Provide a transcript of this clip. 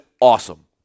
awesome